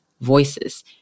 voices